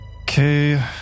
Okay